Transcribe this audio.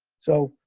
so,